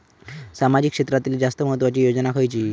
सामाजिक क्षेत्रांतील जास्त महत्त्वाची योजना खयची?